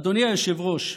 אדוני היושב-ראש,